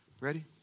Ready